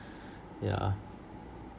yeah